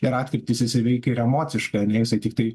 ir atkyrtis jisai veikia ir emociškai ane jisai tiktai